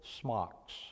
smocks